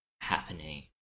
happening